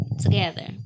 together